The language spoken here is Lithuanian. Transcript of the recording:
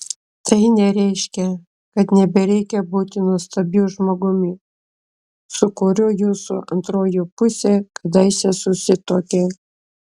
tai nereiškia kad nebereikia būti nuostabiu žmogumi su kuriuo jūsų antroji pusė kadaise susituokė